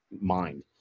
mind